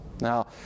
Now